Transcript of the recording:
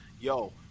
yo